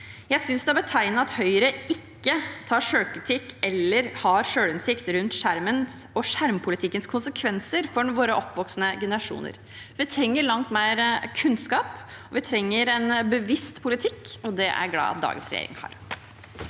Jeg synes det er betegnende at Høyre ikke tar selvkritikk eller har selvinnsikt rundt skjermens og skjermpolitikkens konsekvenser for våre oppvoksende generasjoner. Vi trenger langt mer kunnskap, vi trenger en bevisst politikk, og det er jeg glad for at dagens regjering har.